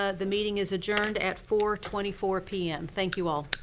ah the meeting is adjourned at four twenty four pm. thank you all.